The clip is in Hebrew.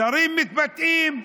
שרים מתבטאים,